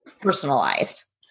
personalized